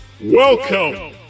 Welcome